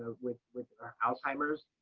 with with her alzheimer's.